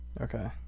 Okay